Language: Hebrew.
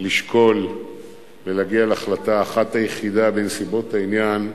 לשקול ולהגיע להחלטה האחת היחידה בנסיבות העניין,